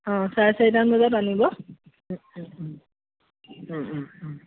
অ চাৰে চাৰিটা মান বজাত আনিব ও ও ও ও ও ও